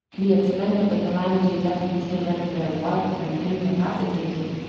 the extent of the calamity left mr. letterblair white and incapacitated.